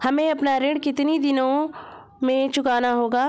हमें अपना ऋण कितनी दिनों में चुकाना होगा?